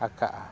ᱟᱠᱟᱫᱼᱟ